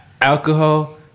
alcohol